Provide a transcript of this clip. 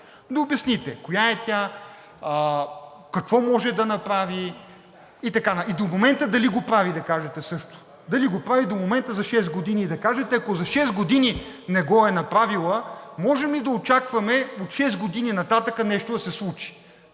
Да обясните коя е тя, какво може да направи и до момента дали го прави също да кажете. Дали го прави до момента за шест години и ако за шест години не го е направила, можем ли да очакваме от шест години нататък нещо да се случи?